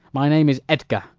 my name is edgar,